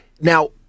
Now